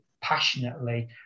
passionately